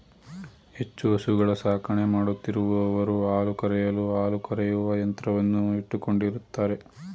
ಹೆಚ್ಚು ಹಸುಗಳ ಸಾಕಣೆ ಮಾಡುತ್ತಿರುವವರು ಹಾಲು ಕರೆಯಲು ಹಾಲು ಕರೆಯುವ ಯಂತ್ರವನ್ನು ಇಟ್ಟುಕೊಂಡಿರುತ್ತಾರೆ